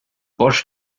bosch